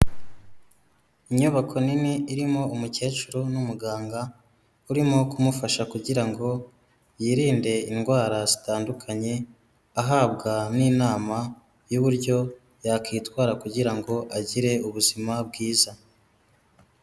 Inyubako nini irimo umukecuru n'umuganga urimo kumufasha kugirango yirinde indwara zitandukanye ahabwa n'inama y'uburyo yakwitwara kugira ngo agire ubuzima bwiza.